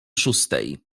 szóstej